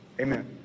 Amen